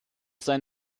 sein